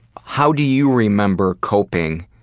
how do you remember coping